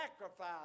sacrifice